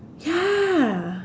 ya